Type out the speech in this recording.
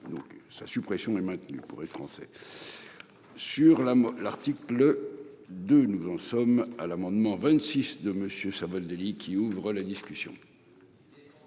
donc sa suppression est maintenue, pourrait français. Sur la l'article de nous en sommes à l'amendement 26 de monsieur Savoldelli qui ouvre la discussion.